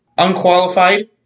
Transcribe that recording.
unqualified